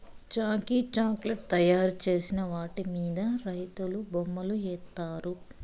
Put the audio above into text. coffee chocolate తయారు చేసిన వాటి మీద రైతులు బొమ్మలు ఏత్తారు